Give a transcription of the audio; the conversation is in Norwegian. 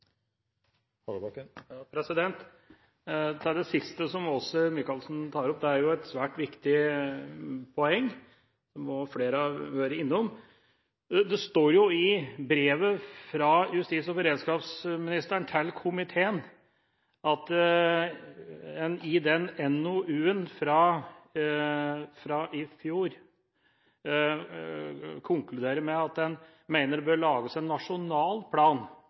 et svært viktig poeng, noe flere har vært innom. Det står i brevet fra Justis- og beredskapsministeren til komiteen at en i den NOU-en fra i fjor konkluderer med at en mener det bør lages en nasjonal plan